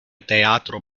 teatro